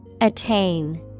Attain